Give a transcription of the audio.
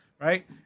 right